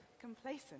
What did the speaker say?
complacent